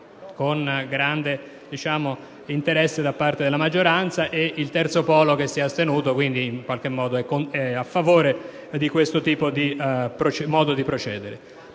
con grande interesse da parte della maggioranza e del terzo polo, che si è astenuto, quindi in sostanza è a favore di questo modo di procedere.